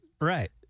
Right